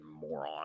moron